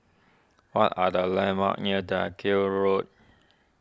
what are the landmarks near Dalkill Road